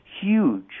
huge